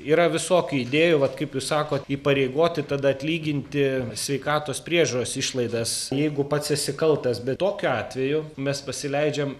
yra visokių idėjų vat kaip jūs sakot įpareigoti tada atlyginti sveikatos priežiūros išlaidas jeigu pats esi kaltas bet tokiu atveju mes pasileidžiam